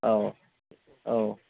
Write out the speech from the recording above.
औ औ